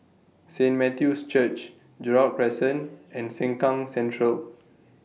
Saint Matthew's Church Gerald Crescent and Sengkang Central